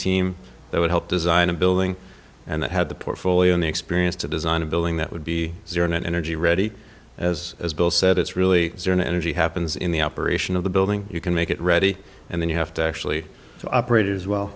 team that would help design a building and had the portfolio in the experience to design a building that would be zero net energy ready as as bill said it's really an energy happens in the operation of the building you can make it ready and then you have to actually operate is well